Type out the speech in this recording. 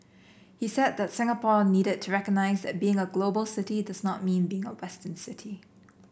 he said that Singapore needed to recognise that being a global city does not mean being a Western city